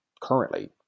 currently